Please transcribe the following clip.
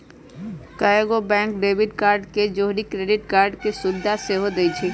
कएगो bank debit card के जौरही क्रेडिट कार्ड के सुभिधा सेहो देइ छै